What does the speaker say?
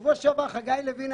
בשבוע שעבר פרופ'